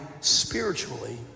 spiritually